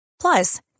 Plus